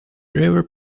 river